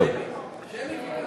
שמית?